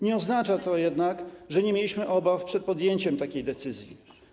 Nie oznacza to jednak, że nie mieliśmy obaw przed podjęciem takiej decyzji.